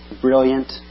brilliant